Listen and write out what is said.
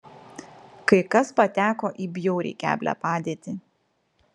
kai kas pateko į bjauriai keblią padėtį